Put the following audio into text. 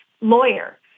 lawyer